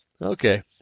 Okay